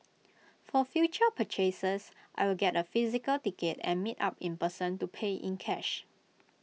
for future purchases I will get A physical ticket and meet up in person to pay in cash